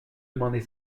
demander